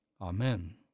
Amen